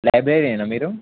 లైబ్రరీయనా మీరు